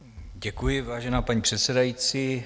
Děkuji, vážená paní předsedající.